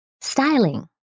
styling